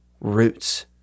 roots